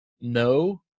no